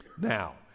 Now